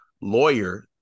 lawyer